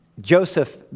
Joseph